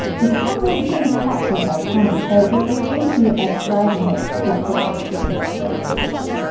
we can't really see the cat here though can we? so it's as easy as dragging it to get the cat in the correct position.